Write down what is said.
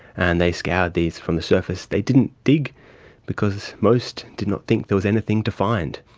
and they scoured these from the surface. they didn't dig because most did not think there was anything to find.